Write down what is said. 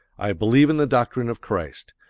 i believe in the doctrine of christ.